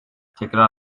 tekrar